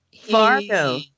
Fargo